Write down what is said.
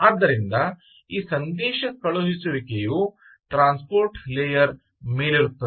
ಆದ್ದರಿಂದ ಈ ಸಂದೇಶ ಕಳುಹಿಸುವಿಕೆಯು ಟ್ರಾನ್ಸ್ಪೋರ್ಟ್ ಲೇಯರ್ ಮೇಲಿರುತ್ತದೆ